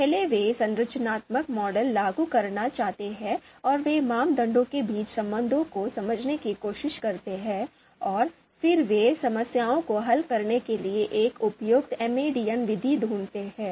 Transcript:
पहले वे संरचनात्मक मॉडल लागू करना चाहते हैं और वे मानदंडों के बीच संबंधों को समझने की कोशिश करते हैं और फिर वे समस्याओं को हल करने के लिए एक उपयुक्त एमएडीएम विधि ढूंढते हैं